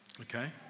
okay